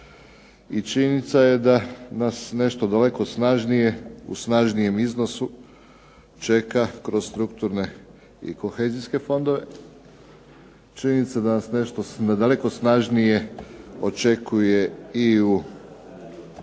činjenica je da nas nešto daleko snažnije, u snažnijem iznosu čeka kroz strukturne i kohezijske fondove, činjenica da nas nešto na daleko snažnije očekuje i kroz